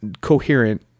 coherent